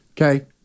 Okay